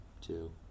Two